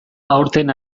aurten